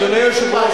אדוני היושב-ראש,